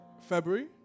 February